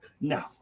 no